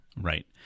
Right